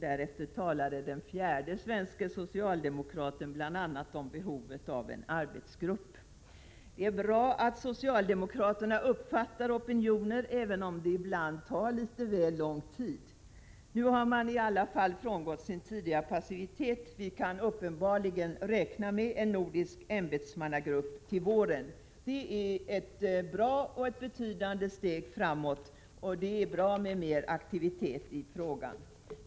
Därefter talade den fjärde svenske socialdemokraten bl.a. om behovet av en arbetsgrupp. Det är bra att socialdemokraterna uppfattar opinioner, även om det ibland tar litet väl lång tid. Nu har man i alla fall frångått sin tidigare passivitet — vi kan uppenbarligen räkna med en nordisk ämbetsmannagrupp till våren. Det är ett betydande steg framåt — och det är bra med mer aktivitet i frågan.